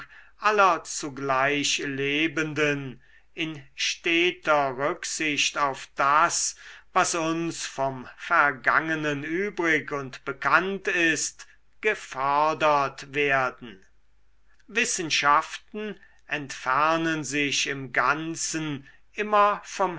aller zugleich lebenden in steter rücksicht auf das was uns vom vergangenen übrig und bekannt ist gefördert werden wissenschaften entfernen sich im ganzen immer